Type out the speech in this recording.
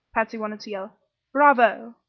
patsy wanted to yell bravo!